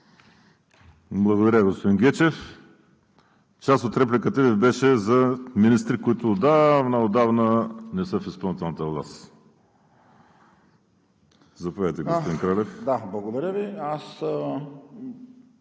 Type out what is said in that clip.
Благодаря, господин Гечев. Част от репликата Ви беше за министри, които отдавна, отдавна не са в изпълнителната власт. Заповядайте, господин Кралев. МИНИСТЪР КРАСЕН